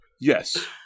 Yes